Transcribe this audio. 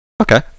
Okay